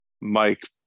Mike